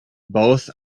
both